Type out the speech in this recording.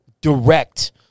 direct